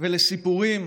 ולסיפורים